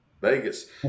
Vegas